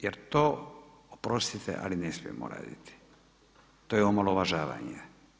Jer to oprostite, ali ne smijemo raditi, to je omalovažavanje.